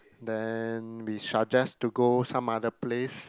then we suggest to go some other place